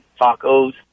tacos